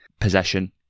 possession